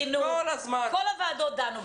חינוך בכל הוועדות דנו בזה.